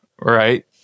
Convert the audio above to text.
right